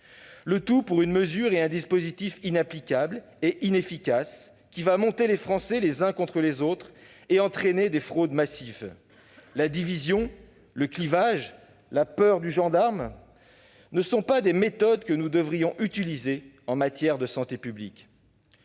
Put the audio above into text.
le tout pour un dispositif inapplicable et inefficace qui va monter les Français les uns contre les autres et entraîner des fraudes massives. La division, le clivage, la peur du gendarme ne sont pas des méthodes que nous devrions utiliser en matière de santé publique.